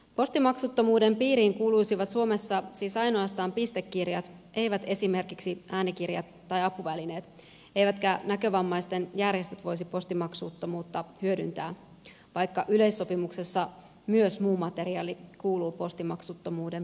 postimaksuttomuuden piiriin kuuluisivat suomessa siis ainoastaan pistekirjat eivät esimerkiksi äänikirjat tai apuvälineet eivätkä näkövammaisten järjestöt voisi postimaksuttomuutta hyödyntää vaikka yleissopimuksessa myös muu materiaali kuuluu postimaksuttomuuden piiriin